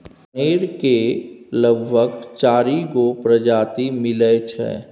कनेर केर लगभग चारि गो परजाती मिलै छै